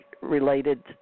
related